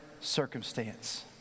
circumstance